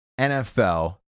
NFL